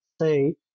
say